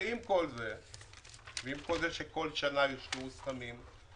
כשאומרים שאפשר להשקיע גם בפרויקטים קטנים,